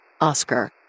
Oscar